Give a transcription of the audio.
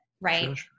right